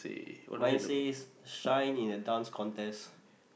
my says shine in a Dance Contest